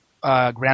Grand